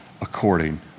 according